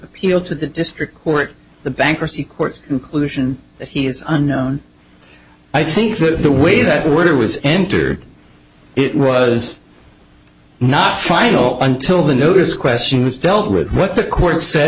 appeal to the district court the bankruptcy courts inclusion that he is unknown i think that the way that word was entered it was not final until the notice question was dealt with what the court said